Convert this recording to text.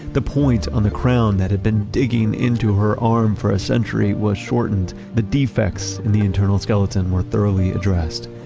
the point on the crown that had been digging into her arm for a century was shortened. the defects in the internal skeleton were thoroughly addressed.